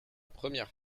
première